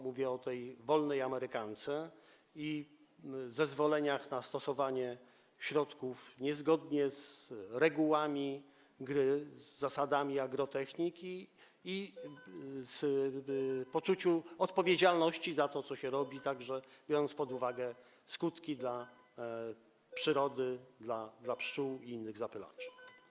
Mówię o tej wolnej amerykance i zezwoleniach na stosowanie środków niezgodnie z regułami gry, zasadami agrotechniki i poczuciem odpowiedzialności za to, co się robi, także biorąc pod uwagę skutki dla przyrody, dla pszczół i innych zapylaczy.